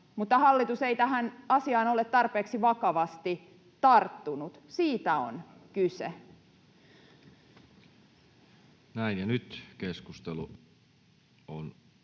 mutta hallitus ei tähän asiaan ole tarpeeksi vakavasti tarttunut. Siitä on kyse. [Speech 248]